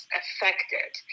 affected